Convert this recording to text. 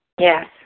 Yes